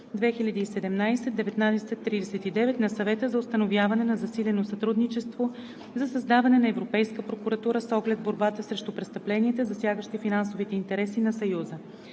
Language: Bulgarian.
2017/1939 на Съвета за установяване на засилено сътрудничество за създаване на Европейска прокуратура, с оглед борбата срещу престъпленията, засягащи финансовите интереси на Съюза.